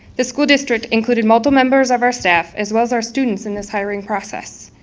the school district included multiple members of our staff as well as our students in this hiring process.